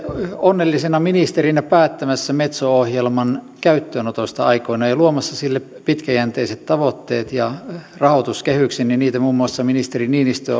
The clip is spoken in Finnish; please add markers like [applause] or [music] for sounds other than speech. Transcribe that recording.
onnellisena ministerinä päättämässä metso ohjelman käyttöönotosta aikoinaan ja luomassa sille pitkäjänteiset tavoitteet ja rahoituskehyksen ja niitä muun muassa niinistö [unintelligible]